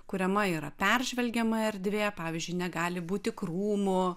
kuriame yra peržvelgiama erdvė pavyzdžiui negali būti krūmo